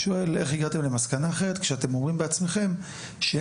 אני שואל איך הגעתם למסקנה אחרת כשאתם אומרים בעצמכם שאין